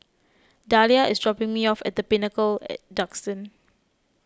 Dalia is dropping me off at the Pinnacle at Duxton